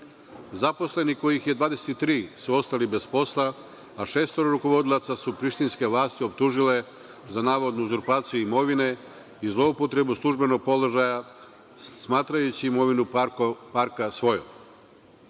Zaposleni, kojih je 23, su ostali bez posla, a šest rukovodilaca su prištinske vlasti optužile za navodnu uzurpaciju imovine i zloupotrebu službenog položaja, smatrajući imovinu parka svojom.